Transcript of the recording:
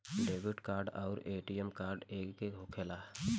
Debit card आउर ATM card एके होखेला?